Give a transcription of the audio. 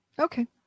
Okay